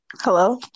Hello